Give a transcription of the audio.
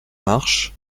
marche